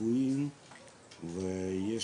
רפואיים ויש